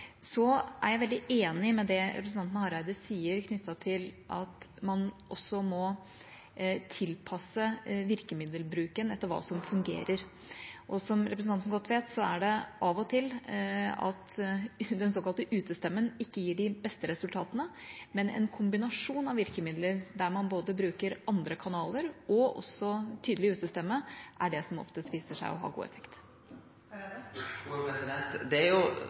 Så er jeg veldig enig i det representanten Hareide sier knyttet til at man må tilpasse virkemiddelbruken etter hva som fungerer. Som representanten godt vet, er det av og til slik at den såkalte utestemmen ikke gir de beste resultatene. En kombinasjon av virkemidler der man bruker både andre kanaler og tydelig utestemme, er det som oftest viser seg å ha god effekt.